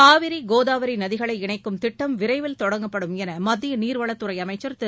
காவிரி கோதாவரி நதிகளை இணைக்கும் திட்டம் விரைவில் தொடங்கப்படும் என மத்திய நீர்வளத்துறை அமைச்சர் திரு